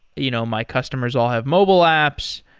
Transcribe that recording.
you know my customers all have mobile apps.